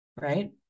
right